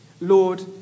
Lord